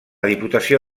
diputació